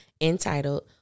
entitled